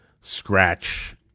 scratch